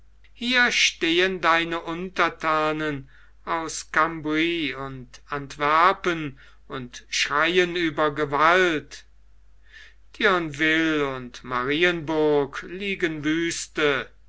hier stehen deine unterthanen aus cambray und antwerpen und schreien über gewalt thionville und marienburg liegen wüste